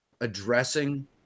addressing